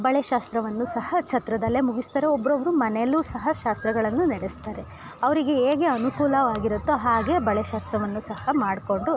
ಬಳೆ ಶಾಸ್ತ್ರವನ್ನು ಸಹ ಛತ್ರದಲ್ಲೇ ಮುಗಿಸ್ತಾರೆ ಒಬ್ಬೊಬ್ರು ಮನೆಯಲ್ಲು ಸಹ ಶಾಸ್ತ್ರಗಳನ್ನು ನಡೆಸ್ತಾರೆ ಅವರಿಗೆ ಹೇಗೆ ಅನುಕೂಲವಾಗಿರತ್ತೋ ಹಾಗೆ ಬಳೆ ಶಾಸ್ತ್ರವನ್ನು ಸಹ ಮಾಡ್ಕೊಂಡು